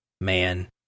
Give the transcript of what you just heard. Man